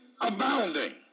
abounding